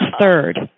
third